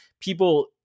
people